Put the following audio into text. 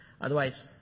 Otherwise